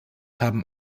haben